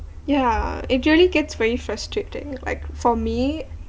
ya actually gets very frustrated like for me